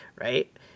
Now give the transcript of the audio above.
right